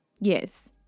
yes